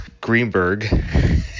Greenberg